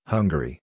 Hungary